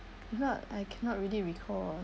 not I cannot really recall ah